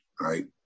right